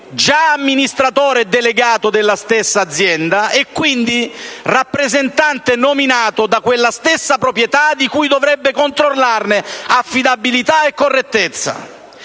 già amministratore delegato della stessa azienda e, quindi, rappresentante nominato da quella stessa proprietà di cui dovrebbe controllare affidabilità e correttezza.